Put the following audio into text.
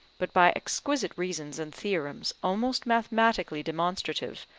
but by exquisite reasons and theorems almost mathematically demonstrative,